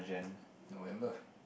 November